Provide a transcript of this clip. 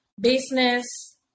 business